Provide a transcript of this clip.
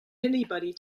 anybody